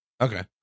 okay